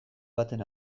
baten